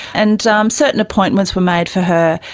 and um certain appointments were made for her.